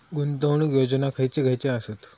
गुंतवणूक योजना खयचे खयचे आसत?